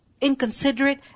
inconsiderate